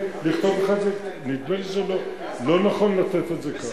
נדמה לי שזה לא נכון לתת את זה כך.